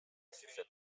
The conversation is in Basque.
zuzendu